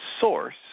Source